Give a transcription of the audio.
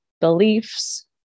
beliefs